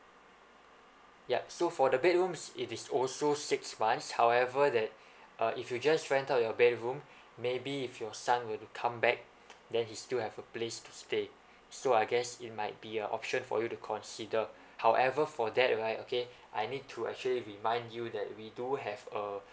yup so for the bedrooms it is also six months however that uh if you just rent out your bedroom maybe if your son were to come back then he still have a place to stay so I guess it might be a option for you to consider however for that right okay I need to actually remind you that we do have uh